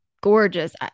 gorgeous